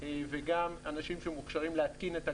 וגם אנשים שמוכשרים להתקין את הכיריים.